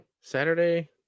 Saturday